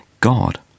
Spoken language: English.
God